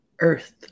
earth